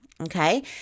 Okay